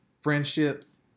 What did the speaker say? friendships